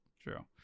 true